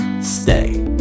Stay